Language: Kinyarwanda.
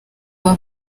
kuba